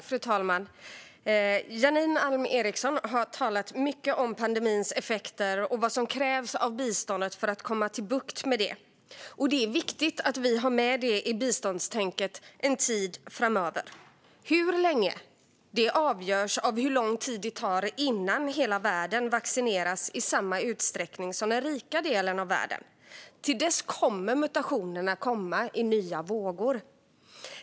Fru talman! Janine Alm Ericson har talat mycket om pandemins effekter och vad som krävs av biståndet för att få bukt med dem. Det är viktigt att vi har med detta i biståndstänket en tid framöver. Hur länge? Det avgörs av hur lång tid det tar innan hela världen vaccineras i samma utsträckning som den rika delen av världen. Till dess kommer mutationerna att komma i nya vågor.